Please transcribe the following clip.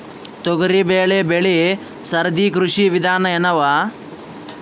ತೊಗರಿಬೇಳೆ ಬೆಳಿ ಸರದಿ ಕೃಷಿ ವಿಧಾನ ಎನವ?